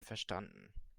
verstanden